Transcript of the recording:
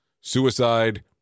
Suicide